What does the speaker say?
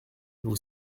vous